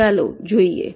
ચાલો જોઇયે